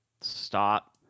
Stop